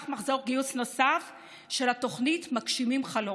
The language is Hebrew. מחזור גיוס נוסף של התוכנית "מגשימים חלום".